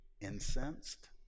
incensed